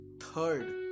third